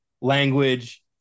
language